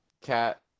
cat